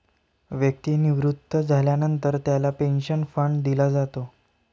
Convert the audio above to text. व्यक्ती निवृत्त झाल्यानंतर त्याला पेन्शन फंड दिला जातो